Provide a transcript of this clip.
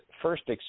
first